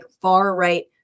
far-right